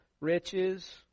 riches